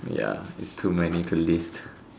ya it's too many to list